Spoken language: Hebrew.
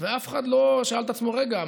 ואף אחד לא שאל את עצמו: רגע,